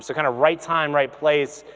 so kind of right time, right place.